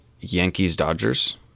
Yankees-Dodgers